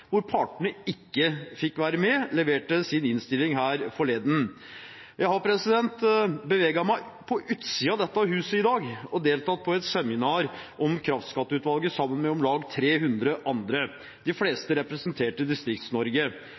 hvor partene ikke fikk være med, leverte sin innstilling her forleden. Jeg har beveget meg på utsiden av dette huset i dag og deltatt på et seminar om kraftskatteutvalget sammen med om lag 300 andre – de fleste representerte Distrikts-Norge. Meldingene derfra var i